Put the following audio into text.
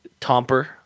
tomper